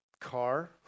car